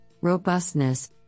robustness